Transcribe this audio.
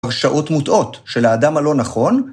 הרשאות מוטעות, של האדם הלא נכון.